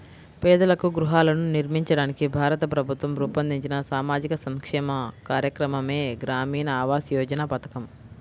పేదలకు గృహాలను నిర్మించడానికి భారత ప్రభుత్వం రూపొందించిన సామాజిక సంక్షేమ కార్యక్రమమే గ్రామీణ ఆవాస్ యోజన పథకం